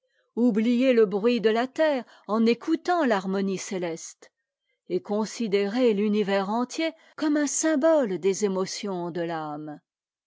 oublier le bruit de la terre en écoutant l'harmonie céleste et considérer l'univers entier comme un symbole des émotions de l'âme